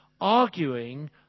arguing